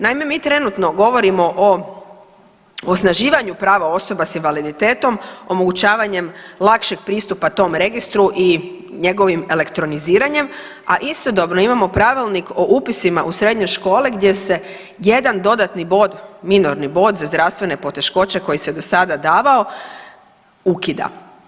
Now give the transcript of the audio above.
Naime, mi trenutno govorimo o osnaživanju prava osoba s invaliditetom omogućavanjem lakšeg pristupa tom registru i njegovim elektroniziranjem, a istodobno imamo Pravilnik o upisima u srednje škole gdje se jedan dodatni bod, minorni bod za zdravstvene poteškoće koji se do sada davao ukida.